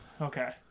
Okay